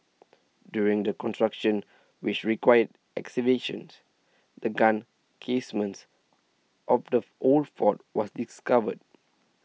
during the construction which required excavations the gun casements of the old fort was discovered